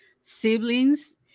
siblings